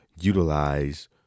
utilize